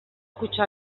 kutxa